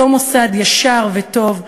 אותו מוסד ישר וטוב,